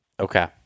Okay